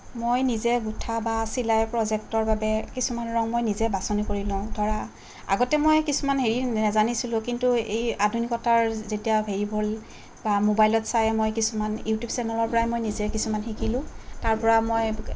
মই নিজে গুঠা বা চিলাই প্ৰজেক্টৰ বাবে কিছুমান ৰং মই নিজেই বাছনি কৰি লওঁ ধৰা আগতে মই কিছুমান হেৰি নেজানিছিলোঁ কিন্তু এই আধুনিকতাৰ যেতিয়া হেৰি হ'ল বা মোবাইলত চায়েই মই কিছুমান ইউটিউব চেনেলৰ পৰাই মই নিজে কিছুমান শিকিলোঁ তাৰপৰা মই